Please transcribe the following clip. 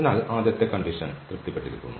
അതിനാൽ ആദ്യത്തെ വ്യവസ്ഥ തൃപ്തിപ്പെട്ടിരിക്കുന്നു